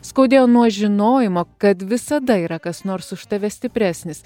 skaudėjo nuo žinojimo kad visada yra kas nors už tave stipresnis